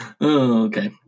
Okay